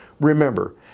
Remember